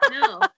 No